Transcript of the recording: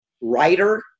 writer